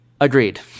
Agreed